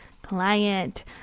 Client